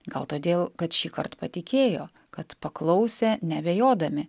gal todėl kad šįkart patikėjo kad paklausė neabejodami